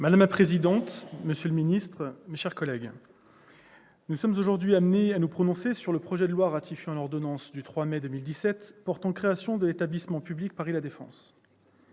Madame la présidente, monsieur le ministre, mes chers collègues, nous sommes aujourd'hui amenés à nous prononcer sur le projet de loi ratifiant l'ordonnance du 3 mai 2017 portant création de l'établissement public Paris La Défense.